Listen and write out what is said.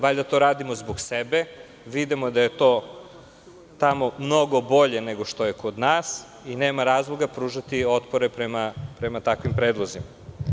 Valjda to radimo zbog sebe, vidimo da je to tamo mnogo bolje nego što je kod nas i nema razloga pružati otpore prema takvim predlozima.